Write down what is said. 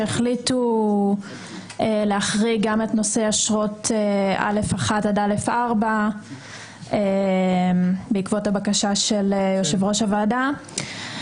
שהחליטו להחריג את אשרות א1 עד א4 בעקבות הבקשה של יושב-ראש הוועדה.